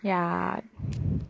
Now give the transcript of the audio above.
ya